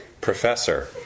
professor